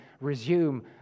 resume